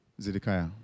Zedekiah